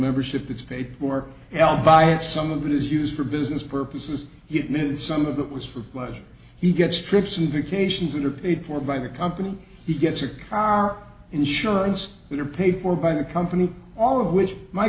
membership it's paid for well by it some of it is used for business purposes it miss some of that was for pleasure he gets trips and vacations that are paid for by the company he gets a car insurance that are paid for by the company all of which my